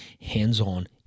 hands-on